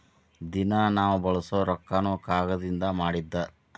ದಿನಾ ನಾವ ಬಳಸು ರೊಕ್ಕಾನು ಕಾಗದದಿಂದನ ಮಾಡಿದ್ದ